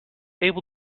able